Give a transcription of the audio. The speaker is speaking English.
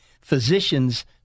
physicians